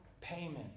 payment